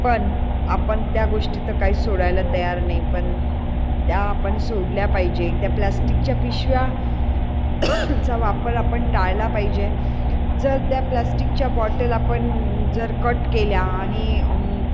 पण आपण त्या गोष्टी तर काही सोडायला तयार नाही पण त्या आपण सोडल्या पाहिजे त्या प्लॅस्टिकच्या पिशव्यां चा वापर आपण टाळला पाहिजे जर त्या प्लाॅस्टिकच्या बॉटल आपण जर कट केल्या आणि